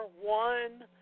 one